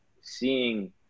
seeing